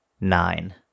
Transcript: nine